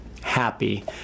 happy